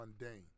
mundane